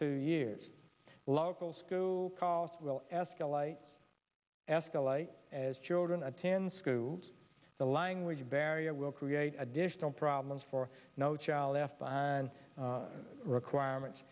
two years local school calls will ask lights escalate as children attend scoots the language barrier will create additional problems for no child left behind requirements